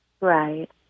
Right